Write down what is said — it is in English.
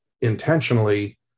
intentionally